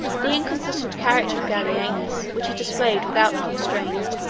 the inconstant character of gallienus, which he displayed without constraint,